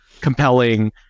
compelling